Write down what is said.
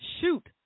shoot